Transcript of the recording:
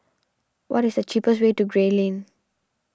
what is the cheapest way to Gray Lane